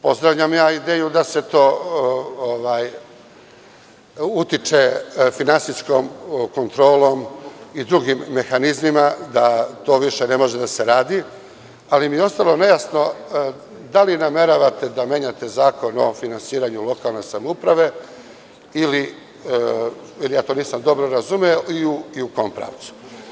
Pozdravljam ideju da se utiče finansijskom kontrolom i drugim mehanizmima da to više ne može da se radi, ali mi je ostalo nejasno – da li nameravate da menjate Zakon o finansiranju lokalne samouprave, ili ja to nisam dobro razumeo, i u kom pravcu?